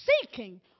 seeking